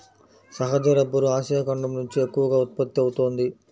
సహజ rubber Asia ఖండం నుంచే ఎక్కువగా ఉత్పత్తి అవుతోంది